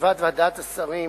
בישיבת ועדת השרים